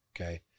okay